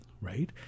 right